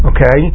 Okay